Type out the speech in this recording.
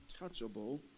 untouchable